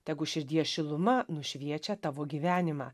tegu širdies šiluma nušviečia tavo gyvenimą